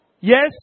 Yes